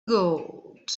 gold